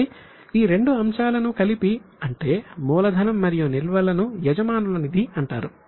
కాబట్టి ఈ రెండు అంశాలను కలిపి అంటే మూలధనం మరియు నిల్వలను యుయజమానుల నిధి అంటారు